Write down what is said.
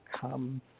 come